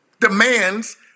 demands